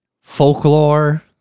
folklore